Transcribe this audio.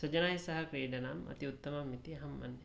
सज्जनैस्सह क्रीडनम् अति उत्तमम् इति मन्ये